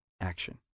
action